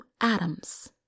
Adams